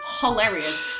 hilarious